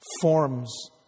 forms